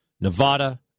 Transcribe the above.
Nevada